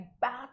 back